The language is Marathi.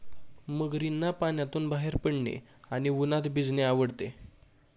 मगरींना पाण्यातून बाहेर पडणे आणि उन्हात भिजणे आवडते